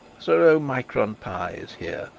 sir omicron pie is here,